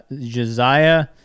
josiah